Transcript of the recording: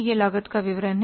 यह लागत का विवरण है